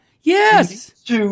Yes